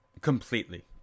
completely